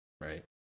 right